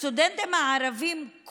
הסטודנטים הערבים,